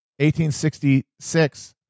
1866